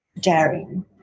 daring